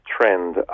trend